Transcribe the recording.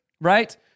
Right